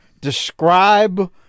describe